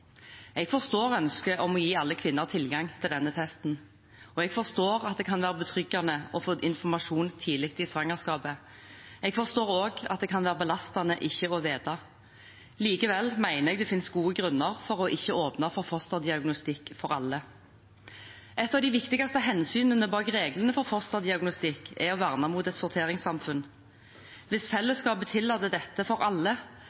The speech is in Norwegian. Jeg forstår ønsket om å gi alle kvinner tilgang til denne testen, og jeg forstår at det kan være betryggende å få informasjon tidlig i svangerskapet. Jeg forstår også at det kan være belastende ikke å vite. Likevel mener jeg det finnes gode grunner for ikke å åpne for fosterdiagnostikk for alle. Et av de viktigste hensynene bak reglene for fosterdiagnostikk er å verne mot et sorteringssamfunn. Hvis fellesskapet tillater dette for alle,